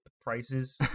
prices